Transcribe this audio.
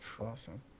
Awesome